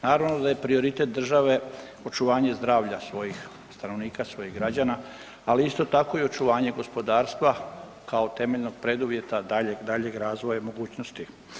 Naravno da je prioritet države očuvanje zdravlja svojih stanovnika, svojih građana, ali isto tako i očuvanje gospodarstva kao temeljenog preduvjeta daljeg razvoja mogućnosti.